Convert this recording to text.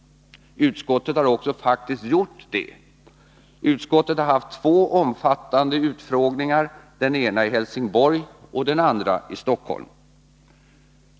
Utskottet har också faktiskt gjort detta. Utskottet har haft två omfattande utfrågningar, den ena i Helsingborg och den andra i Stockholm.